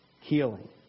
healing